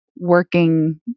working